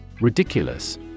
Ridiculous